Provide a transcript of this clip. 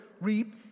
reap